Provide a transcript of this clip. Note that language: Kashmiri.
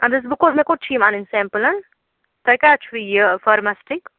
ادٕ حظ بہٕ کوٚت مےٚ کوٚت چھِ یِم اَنٕنۍ سٮ۪مپٕلن تۄہہِ کاتہِ چھُ یہِ فارمسٹِک